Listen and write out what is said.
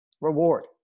reward